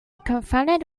confronted